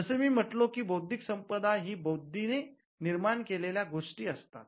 जसे मी म्हटलो की बौद्धिक संपदा ही बुद्धिने निर्माण केलेल्या गोष्टी असतात